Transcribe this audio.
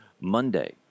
Monday